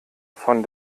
von